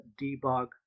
debug